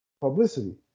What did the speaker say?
publicity